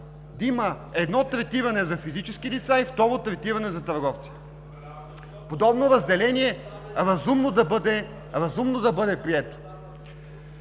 да има едно третиране за физически лица, и второ третиране – за търговци. Подобно разделение е разумно да бъде прието.